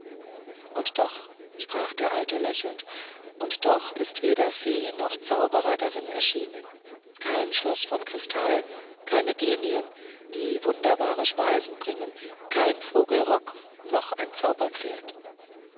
und doch sprach der alte lächelnd und doch ist weder fee noch zauberer darin erschienen kein schloß von kristall keine genien die wunderbare speisen bringen kein vogel rock noch ein